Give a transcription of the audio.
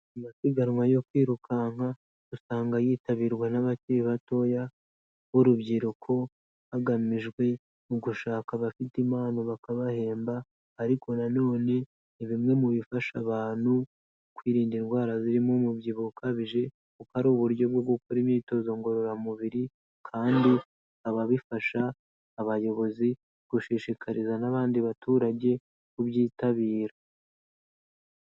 Amasiganwa yo kwirukanka usanga yitabirwa n'abakiri batoya b'urubyiruko, hagamijwe mu gushaka abafite impano bakabahemba, ariko nanone ni bimwe mu bifasha abantu kwirinda indwara zirimo umubyibuho ukabije, kuko ari uburyo bwo gukora imyitozo ngororamubiri kandi bikaba bifasha abayobozi gushishikariza n'abandi baturage kubyitabira.